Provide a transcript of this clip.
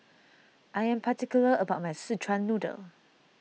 I am particular about my Szechuan Noodle